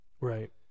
Right